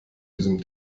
diesem